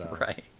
Right